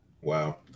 Wow